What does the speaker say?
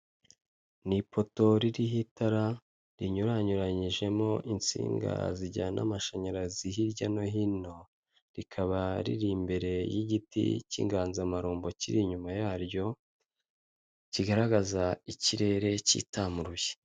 Ni ipoto ririho itara rinyuranyuranyijemo insinga zijyana amashanyarazi hirya no hino, rikaba riri imbere y'igiti cy'inganzamarumbo kiri inyuma yaryo kigaragaza ikirere kitamuruye.